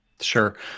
Sure